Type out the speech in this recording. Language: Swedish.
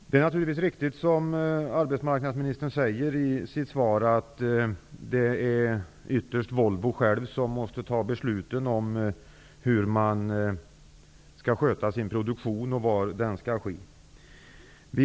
Det är naturligtvis riktigt som arbetsmarknadsministern säger i sitt svar, att det ytterst är Volvo självt som måste fatta besluten om hur de skall sköta sin produktion och var den skall ske.